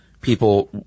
people